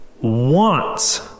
wants